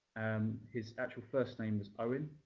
um his actual first name was i mean